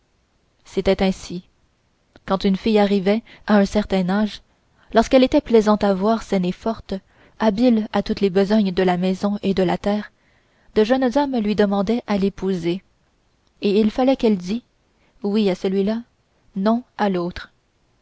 c'était ainsi quand une fille arrivait à un certain âge lorsqu'elle était plaisante à voir saine et forte habile à toutes les besognes de la maison et de la terre de jeunes hommes lui demandaient de les épouser et il fallait qu'elle dît oui à celui-là non à l'autre